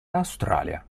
australia